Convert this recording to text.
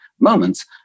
moments